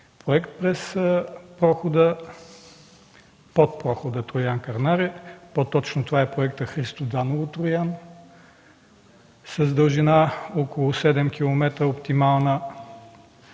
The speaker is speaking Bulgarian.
проект под прохода Троян-Кърнаре, по-точно това е проектът Христо Даново-Троян с дължина около 7 км – оптимална,